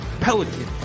Pelican